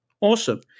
awesome